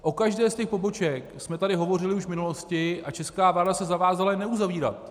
O každé z těch poboček jsme tady hovořili už v minulosti a česká vláda se zavázala je neuzavírat.